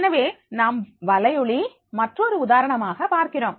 எனவே நாம் வலையோளி மற்றொரு உதாரணமாக பார்க்கிறோம்